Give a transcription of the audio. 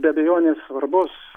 be abejonės svarbus